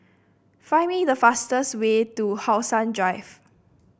find me the fastest way to How Sun Drive